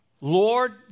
Lord